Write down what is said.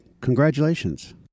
Congratulations